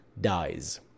dies